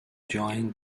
joined